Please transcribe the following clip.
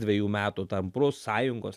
dvejų metų tamprus sąjungos